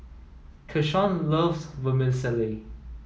Keshawn loves Vermicelli